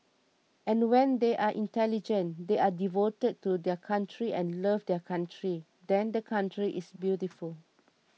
and when they are intelligent they are devoted to their country and love their country then the country is beautiful